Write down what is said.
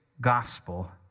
gospel